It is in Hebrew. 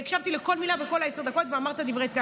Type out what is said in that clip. הקשבתי לכל מילה בכל עשר הדקות, ואמרת דברי טעם.